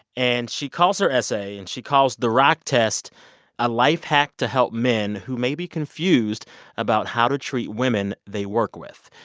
and she calls her essay and she calls, the rock test a life hack to help men who may be confused about how to treat women they work with.